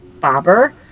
Bobber